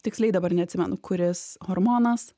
tiksliai dabar neatsimenu kuris hormonas